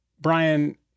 Brian